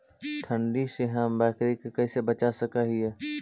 ठंडी से हम बकरी के कैसे बचा सक हिय?